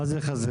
מה זה חזיריות?